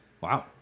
Wow